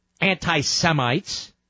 anti-Semites